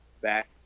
back